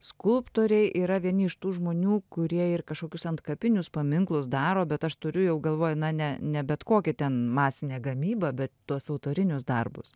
skulptoriai yra vieni iš tų žmonių kurie ir kažkokius antkapinius paminklus daro bet aš turiu jau galvoj na ne ne bet kokį ten masinę gamybą bet tuos autorinius darbus